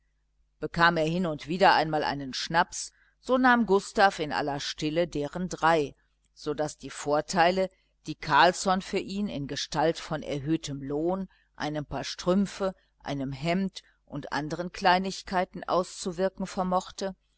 bekam er hin und wieder einmal einen schnaps so nahm gustav in aller stille deren drei so daß die vorteile die carlsson für ihn in gestalt von erhöhtem lohn einem paar strümpfe einem hemd und andern kleinigkeiten auszuwirken vermochte